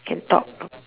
can talk